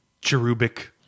cherubic